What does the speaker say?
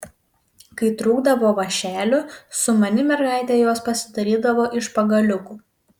kai trūkdavo vąšelių sumani mergaitė juos pasidarydavo iš pagaliukų